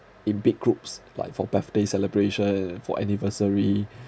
in big groups like for birthday celebration for anniversary